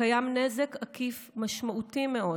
קיים נזק עקיף משמעותי מאוד